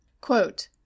Quote